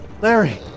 Larry